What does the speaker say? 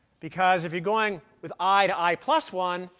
because if you're going with i to i plus one,